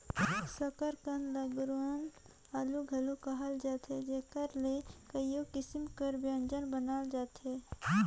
सकरकंद ल गुरूवां आलू घलो कहल जाथे जेकर ले कइयो किसिम कर ब्यंजन बनाल जाथे